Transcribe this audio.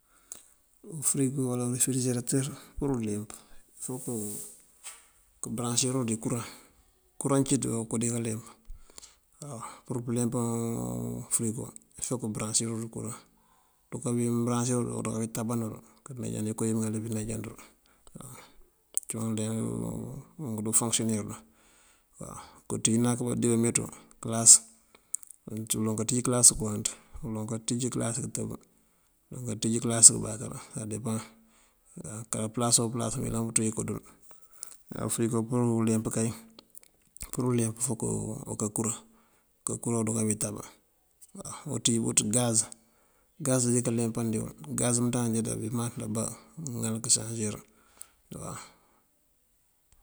Ufërigo uwala refëregeratër pur uleemp fok këbëraŋësir uwël du kuraŋ. Kuraŋ cíţ ba okoo dika kaleemp waw. Á pur pëleempan fërigo fok këbëraŋësir du kuraŋ, kuraŋ cíţ wokoo dika leemp. Duke bí bëraŋësir këndu kabí tában wul kaneej kowí mëŋal wí pëneejan dël waw. unk dí ndajon du foŋësiyonir. Kënţú kak dí bameenţú këlas uloŋ kanţíj këlas këwanţ uloŋ kanţíj këlas këntëb uloŋ kanţíj këlas këmbakër sá depaŋ. Kar pëlasoo pëlas mëyëlan kanţú inko dël. Á fërigo pur uleemp kay, pur uleemp fok kënká kuraŋ. Unká kuraŋ unduk kabí tában. Unţíj bëţ gaz, gaz dika leempandi wël. Gaz dí mënţandana dun ajá ndambí ţëpandaba mëŋal kësarësir dël.